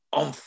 on